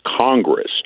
Congress